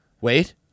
wait